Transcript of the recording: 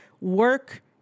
work